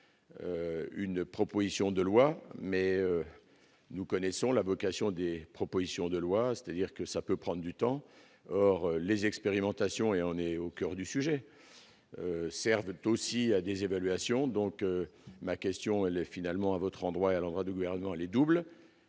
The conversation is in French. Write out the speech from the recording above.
une proposition de loi mais nous connaissons la vocation des propositions de loi, c'est-à-dire que ça peut prendre du temps, or les expérimentations et on est au coeur du sujet servait aussi à des évaluations, donc ma question, elle est finalement à votre endroit, à l'endroit du gouvernement, les doubles